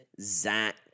zach